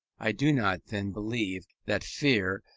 i do not, then, believe that fear,